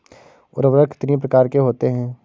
उर्वरक कितनी प्रकार के होते हैं?